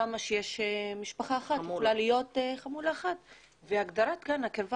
שם יכולה להיות חמולה אחת וההגדרה כאן של קרבת